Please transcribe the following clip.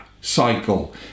cycle